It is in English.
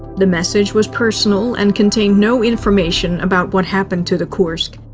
the message was personal and contained no information about what happened to the kursk.